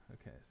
Okay